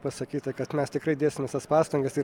pasakyti kad mes tikrai dėsim visas pastangas ir